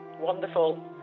Wonderful